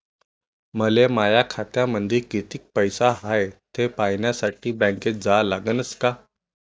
मले माया खात्यामंदी कितीक पैसा हाय थे पायन्यासाठी बँकेत जा लागनच का?